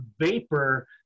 vapor